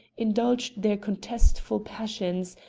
indulged their contestful passions,